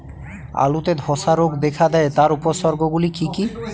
আলুতে ধ্বসা রোগ দেখা দেয় তার উপসর্গগুলি কি কি?